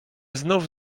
znów